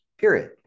period